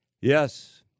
Yes